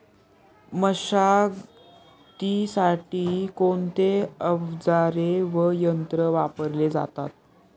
मशागतीसाठी कोणते अवजारे व यंत्र वापरले जातात?